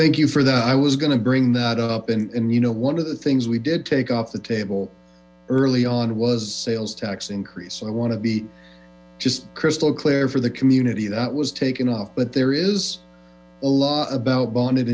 thank you for that i was gonna bring that up and you know one of the things we did take off the table early on was sales tax inineaease soso i want to be just crystal clear for the community that was taken off but there is a law about bonded